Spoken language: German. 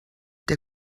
der